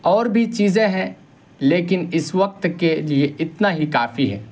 اور بھی چیزیں ہیں لیکن اس وقت کے لیے اتنا ہی کافی ہے